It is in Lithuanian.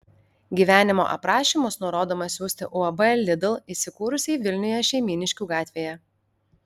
gyvenimo aprašymus nurodoma siųsti uab lidl įsikūrusiai vilniuje šeimyniškių gatvėje